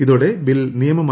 ഇതോടെ ബിൽ നിയമമായി